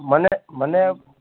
મને મને